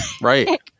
Right